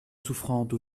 souffrante